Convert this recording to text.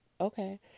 okay